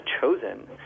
chosen